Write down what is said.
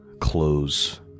close